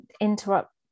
interrupt